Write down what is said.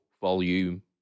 volume